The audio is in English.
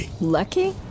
Lucky